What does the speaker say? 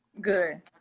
Good